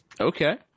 Okay